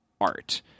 art